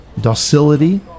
docility